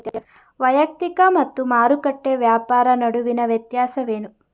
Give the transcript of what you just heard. ವೈಯಕ್ತಿಕ ಮತ್ತು ಮಾರುಕಟ್ಟೆ ವ್ಯಾಪಾರ ನಡುವಿನ ವ್ಯತ್ಯಾಸವೇನು?